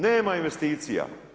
Nema investicija.